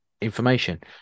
information